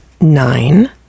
nine